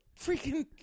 freaking